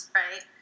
right